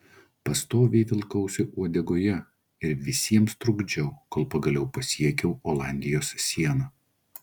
pastoviai vilkausi uodegoje ir visiems trukdžiau kol pagaliau pasiekiau olandijos sieną